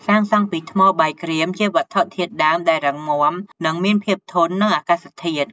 សាងសង់ពីថ្មបាយក្រៀម ជាវត្ថុធាតុដើមដែលរឹងមាំ និងមានភាពធន់នឹងអាកាសធាតុ។